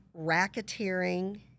racketeering